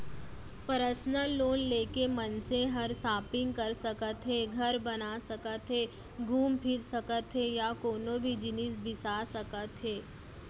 personal loan ले के मनसे हर सॉपिंग कर सकत हे, घर बना सकत हे घूम फिर सकत हे या कोनों भी जिनिस बिसा सकत हे